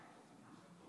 אני